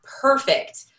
perfect